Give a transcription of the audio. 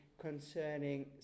concerning